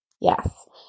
Yes